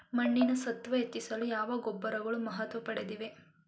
ಮಣ್ಣಿನ ಸತ್ವ ಹೆಚ್ಚಿಸಲು ಯಾವ ಗೊಬ್ಬರಗಳು ಮಹತ್ವ ಪಡೆದಿವೆ?